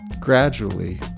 Gradually